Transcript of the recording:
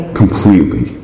completely